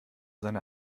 seine